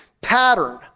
pattern